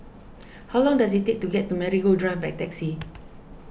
how long does it take to get to Marigold Drive by taxi